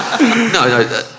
no